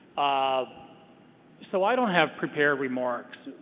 um so i don't have prepared remarks,